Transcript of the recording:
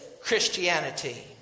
Christianity